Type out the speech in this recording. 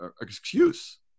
excuse